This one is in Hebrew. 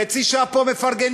חצי שעה פה מפרגנים,